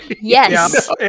Yes